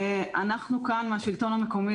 אנחנו כאן מהשלטון המקומי,